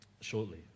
shortly